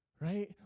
Right